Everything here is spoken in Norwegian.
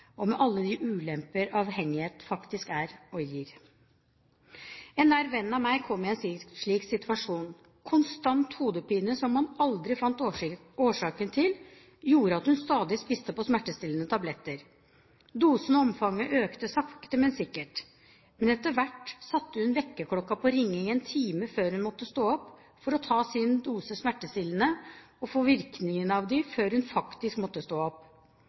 og med alle de ulemper som avhengighet faktisk er, og gir. En nær venn av meg kom i en slik situasjon. Konstant hodepine som man aldri fant årsaken til, gjorde at hun stadig spiste smertestillende tabletter. Dosen og omfanget økte sakte, men sikkert. Etter hvert satte hun vekkerklokka på ringing en time før hun måtte stå opp – for å ta sin dose smertestillende og få virkningen av den før hun faktisk måtte stå opp.